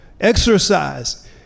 exercise